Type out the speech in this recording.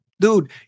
Dude